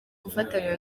gufatanya